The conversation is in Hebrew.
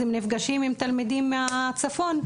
אז הם נפגשים עם תלמידים מהצפון.